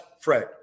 Fred